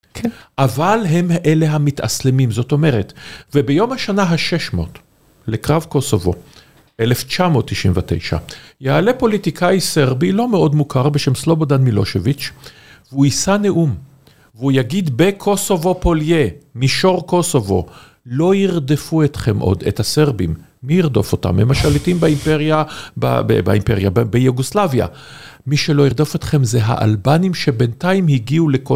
אבל הם אלה המתאסלמים, זאת אומרת, וביום השנה ה-600, לקרב קוסובו, 1999, יעלה פוליטיקאי סרבי, לא מאוד מוכר בשם סלובודן מילושוויץ', והוא יישא נאום, והוא יגיד, בקוסובו פוליה, מישור קוסובו, לא ירדפו אתכם עוד, את הסרבים, מי ירדוף אותם? הם השליטים באימפריה ביוגוסלביה. מי שלא ירדוף אתכם זה האלבנים שבינתיים הגיעו לקוסובו.